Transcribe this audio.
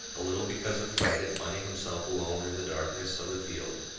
a little because of fright at finding himself alone in the darkness of the field,